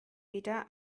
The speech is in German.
wieder